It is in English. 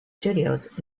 studios